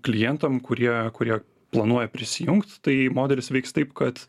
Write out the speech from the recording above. klientam kurie kurie planuoja prisijungt tai modelis veiks taip kad